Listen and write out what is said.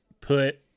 put